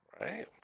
Right